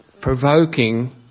Provoking